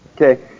Okay